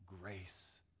grace